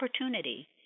opportunity